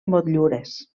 motllures